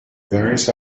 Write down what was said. various